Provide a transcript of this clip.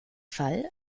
fall